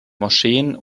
moscheen